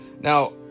Now